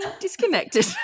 disconnected